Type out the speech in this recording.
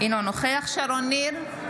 אינו נוכח שרון ניר,